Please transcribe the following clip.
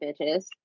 bitches